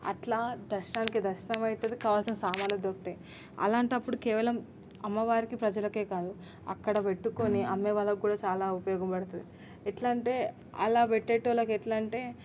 అట్లా దర్శనానికి దర్శనం అవుతుంది కావాల్సిన సామాన్లు దొరుకుతాయి అలాంటప్పుడు కేవలం అమ్మవారికి ప్రజలకే కాదు అక్కడ పెట్టుకొని అమ్మే వాళ్ళ కూడా చాలా ఉపయోగపడుతుంది ఎట్లా అంటే అలా పెట్టేటి వాళ్ళకి ఎట్లా అంటే